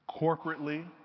corporately